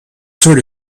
sort